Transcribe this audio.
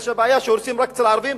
אלא הבעיה היא שהורסים רק אצל הערבים,